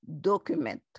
document